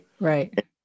Right